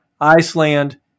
Iceland